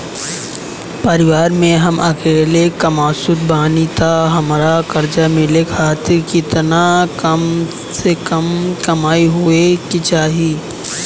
परिवार में हम अकेले कमासुत बानी त हमरा कर्जा मिले खातिर केतना कम से कम कमाई होए के चाही?